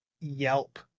Yelp